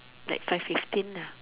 like five fifteen ah